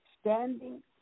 standing